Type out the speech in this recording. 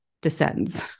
descends